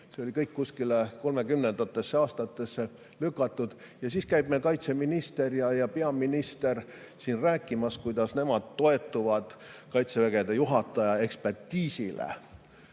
See oli kõik kuskile 2030‑ndatesse aastatesse lükatud. Ja siis käivad meil kaitseminister ja peaminister siin rääkimas, kuidas nemad toetuvad Kaitseväe juhataja ekspertiisile